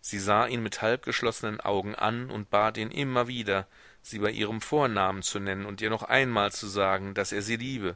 sie sah ihn mit halbgeschlossenen augen an und bat ihn immer wieder sie bei ihrem vornamen zu nennen und ihr noch einmal zu sagen daß er sie liebe